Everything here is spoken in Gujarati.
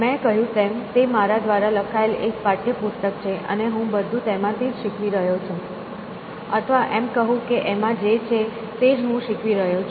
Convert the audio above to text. મેં કહ્યું તેમ તે મારા દ્વારા લખાયેલ એક પાઠ્યપુસ્તક છે અને હું બધું તેમાંથી જ શીખવી રહ્યો છું અથવા એમ કહું કે એમાં જે છે તે જ હું શીખવી રહ્યો છું